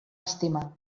estimar